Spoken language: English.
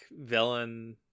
villain